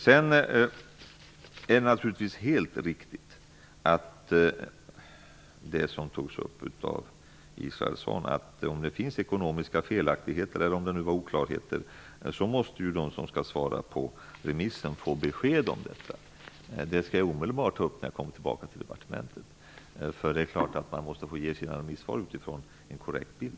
Som Karin Israelsson tog upp är det naturligtvis helt riktigt att om det finns ekonomiska felaktigheter -- eller om det nu var oklarheter -- så måste ju de som skall svara på remissen få besked om detta. Det skall jag omedelbart ta upp när jag kommer tillbaka till departementet, för det är klart att man måste få ge sina remissvar utifrån en korrekt bild.